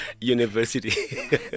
university